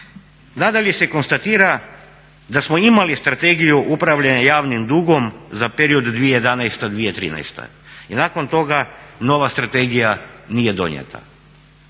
Nadalje se konstatira da smo imali strategiju upravljanja javnim dugom za period 2011.-2013. i nakon toga nova strategija nije donijeta.